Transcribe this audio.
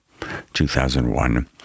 2001